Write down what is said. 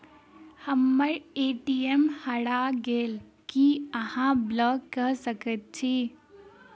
हम्मर ए.टी.एम हरा गेल की अहाँ ब्लॉक कऽ सकैत छी?